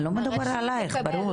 לא מדובר עלייך, ברור.